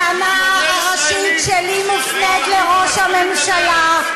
הטענה הראשית שלי מופנית לראש הממשלה,